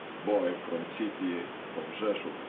boy from city of rzeszow,